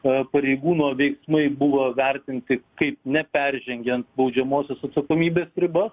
a pareigūno veiksmai buvo vertinti kaip neperžengiant baudžiamosios atsakomybės ribas